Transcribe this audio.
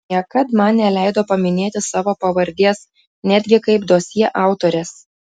niekad man neleido paminėti savo pavardės netgi kaip dosjė autorės